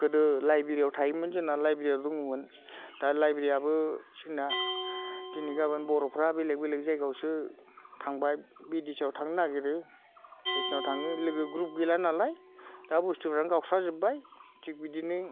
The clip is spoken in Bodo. गोदो लाइबेरियाव थायोमोन जोंना लाइबेरियाव दङमोन दा लाइबेरियाबो जोंना दिनै गाबोन बर'फ्रा बेलेक बेलेक जायगायावसो थांबाय बिदेसाव थांनो नागिरो बिदेसाव थाङो लोगो ग्रुप गैला नालाय दा बुस्थुफ्रानो गावस्राजोब्बाय थिख बिदिनो